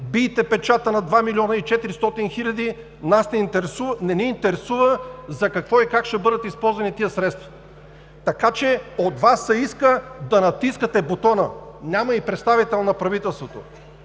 бийте печата на 2 милиона 400 хиляди. Нас не ни интересува за какво и как ще бъдат използвани тези средства. Така че от Вас се иска да натискате бутона. Няма и представител на правителството.